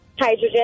Hydrogen